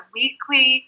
weekly